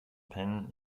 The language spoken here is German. penh